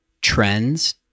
trends